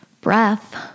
Breath